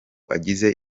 agize